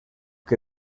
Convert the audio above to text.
que